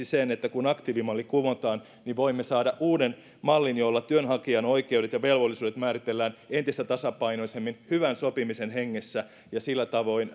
sen että kun aktiivimalli kumotaan niin voimme saada uuden mallin jolla työnhakijan oikeudet ja velvollisuudet määritellään entistä tasapainoisemmin hyvän sopimisen hengessä ja sillä tavoin